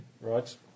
Right